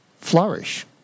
flourish